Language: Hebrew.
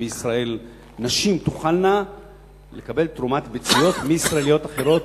שבישראל נשים תוכלנה לקבל תרומת ביציות מישראליות אחרות,